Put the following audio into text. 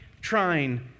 trying